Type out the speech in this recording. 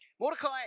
Mordecai